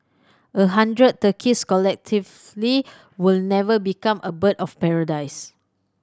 a hundred turkeys collectively will never become a bird of paradise